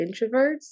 introverts